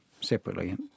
separately